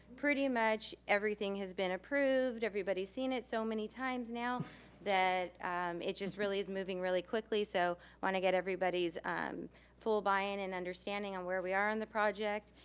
pretty much everything has been approved, everybody's seen it so many times now that it just really is moving really quickly. so wanna get everybody's full buy-in and understanding on where we are on the project,